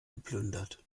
geplündert